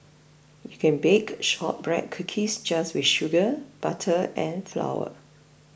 you can bake Shortbread Cookies just with sugar butter and flour